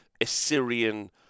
Assyrian